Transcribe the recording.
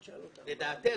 לדעתנו,